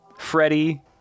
Freddie